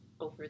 over